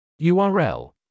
URL